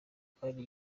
kandi